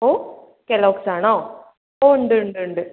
ഓ Kellogg's ആണോ ഓ ഉണ്ട് ഉണ്ട് ഉണ്ട്